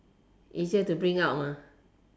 easier to bring out